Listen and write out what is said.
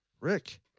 Rick